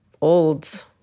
old